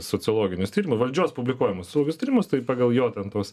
sociologinius tyrimus valdžios publikuojamus saugius tyrimus tai pagal jo ten tuos